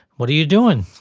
what are you doing?